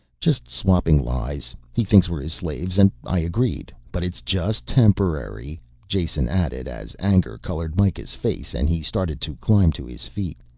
just swapping lies. he thinks we're his slaves and i agreed. but it's just temporary jason added as anger colored mikah's face and he started to climb to his feet.